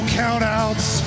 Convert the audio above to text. countouts